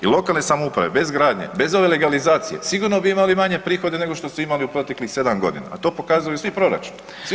I lokalne samouprave bez gradnje, bez ove legalizacije sigurno bi imali manje prihode nego što su imali u proteklih sedam godina, a to pokazuju svi proračuni, svi